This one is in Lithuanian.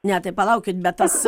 ne tai palaukit bet tas